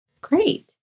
Great